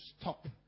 stop